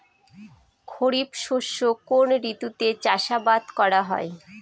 খরিফ শস্য কোন ঋতুতে চাষাবাদ করা হয়?